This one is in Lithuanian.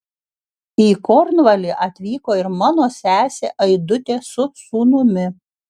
į kornvalį atvyko ir mano sesė aidutė su sūnumi